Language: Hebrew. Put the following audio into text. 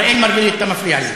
אראל מרגלית, אתה מפריע לי.